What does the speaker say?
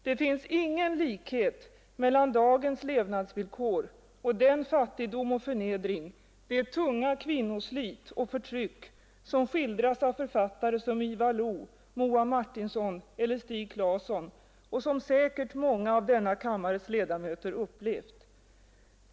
Det finns ingen likhet mellan dagens levnadsvillkor och den fattigdom och förnedring, det tunga kvinnoslit och förtryck som skildras av författare som Ivar Lo, Moa Martinsson eller Stig Claesson och som säkert många av denna kammarens ledamöter upplevt.